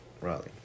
raleigh